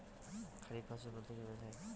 খারিফ ফসল বলতে কী বোঝায়?